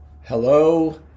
Hello